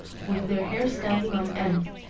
with her hair standing on end,